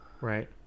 Right